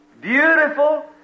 Beautiful